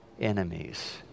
enemies